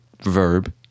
verb